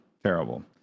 Terrible